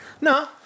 No